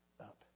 up